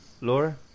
Laura